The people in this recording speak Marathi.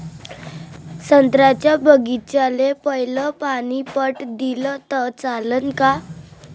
संत्र्याच्या बागीचाले पयलं पानी पट दिलं त चालन का?